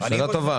שאלה טובה.